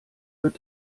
wird